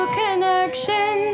connection